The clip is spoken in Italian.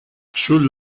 sul